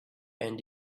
and